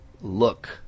look